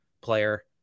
player